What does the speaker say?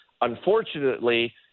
unfortunately